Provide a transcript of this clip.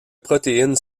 protéines